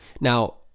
Now